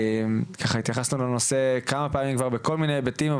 התייחסת לנושא כמה פעמים בכל מיני היבטים.